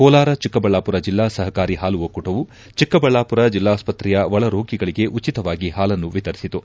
ಕೋಲಾರ ಚಿಕ್ಕಬಳ್ಳಾಮರ ಜಿಲ್ಲಾ ಸಹಕಾರಿ ಹಾಲು ಒಕ್ಕೂಟವು ಚಿಕ್ಕಬಳ್ಳಾಮರ ಜಿಲ್ಲಾಸ್ತ್ರೆಯ ಒಳರೋಗಿಗಳಿಗೆ ಉಚಿತವಾಗಿ ಪಾಲನ್ನು ವಿತರಿಸಿತು